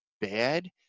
bad